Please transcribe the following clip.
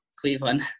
cleveland